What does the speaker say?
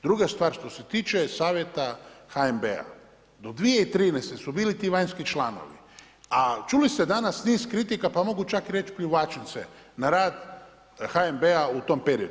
Druga stvar što se tiče savjeta HNB-a, do 2013. su bili ti vanjski članovi, a čuli ste danas niz kritika, pa mogu čak reć pljuvačnice na rad HNB-a u tom periodu.